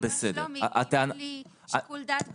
אומר שלומי: אם אין לי שיקול דעת בניכוי,